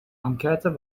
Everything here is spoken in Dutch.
enquête